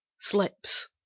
slips